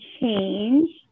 change